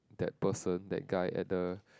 that person that guy at the